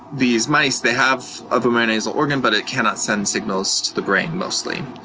these mice, they have a vomeronasal organ, but it cannot send signals to the brain mostly.